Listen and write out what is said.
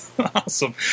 Awesome